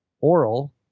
oral